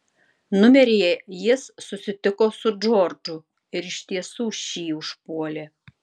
numeryje jis susitiko su džordžu ir iš tiesų šį užpuolė